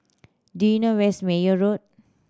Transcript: do you know where is Meyer Road